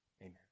Amen